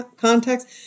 context